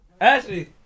Ashley